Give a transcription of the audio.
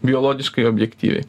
biologiškai objektyviai